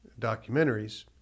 documentaries